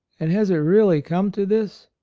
and has it really come to this?